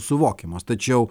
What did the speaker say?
suvokiamos tačiau